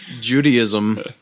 Judaism